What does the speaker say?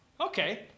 Okay